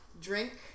drink